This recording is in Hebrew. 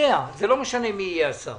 לא משנה מי יהיה השר